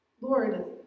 Lord